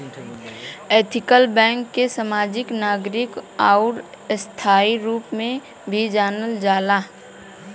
ethical bank के समाजिक, नागरिक आउर स्थायी रूप में भी जानल जाला